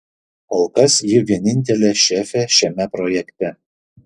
kol kas ji vienintelė šefė šiame projekte